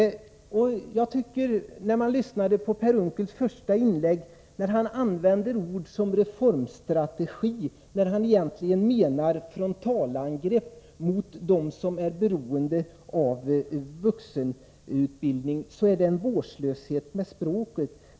Då Per Unckel i sitt första inlägg använder ord som reformstrategi när han egentligen menar frontalangrepp mot dem som är beroende av vuxenutbildning är det vårdslöshet med språket.